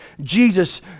Jesus